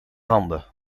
handen